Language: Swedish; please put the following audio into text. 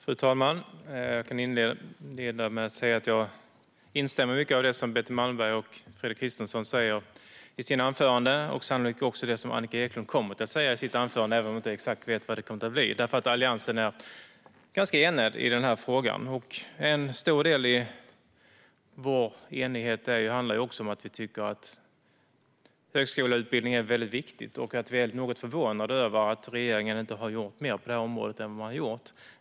Fru talman! Jag instämmer i mycket av det som Betty Malmberg och Fredrik Christensson sa i sina anföranden och sannolikt också i det som Annika Eclund kommer att säga i sitt anförande, även om jag inte vet exakt vad det kommer att bli, för Alliansen är ganska enig i denna fråga. En stor del av vår enighet handlar om att vi tycker att högskoleutbildning är väldigt viktigt. Därför är vi förvånade över att regeringen inte har gjort mer på detta område.